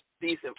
decent